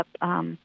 up—